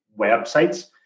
websites